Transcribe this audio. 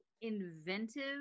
inventive